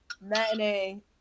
matinee